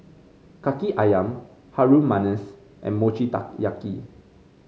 kaki ayam Harum Manis and Mochi Taiyaki